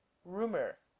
rumor